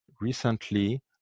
recently